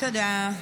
תודה.